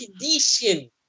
condition